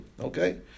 Okay